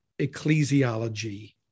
ecclesiology